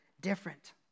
different